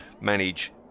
manage